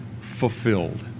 fulfilled